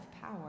power